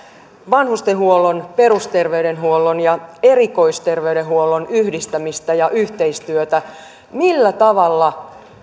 vanhustenhuollon perusterveydenhuollon ja erikoisterveydenhuollon yhdistämistä ja yhteistyötä millä tavalla